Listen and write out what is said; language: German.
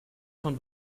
von